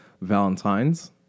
Valentine's